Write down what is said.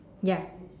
ya